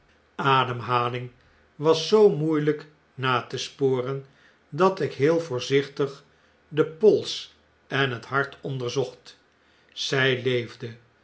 ademhaling was zoo moeiln'k na te sporen dat ik heel voorzichtig den pols en hejf hart onderzocht zjj leefde